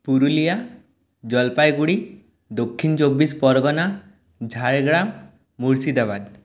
পুরুলিয়া জলপাইগুড়ি দক্ষিণ চব্বিশ পরগনা ঝাড়গ্রাম মুর্শিদাবাদ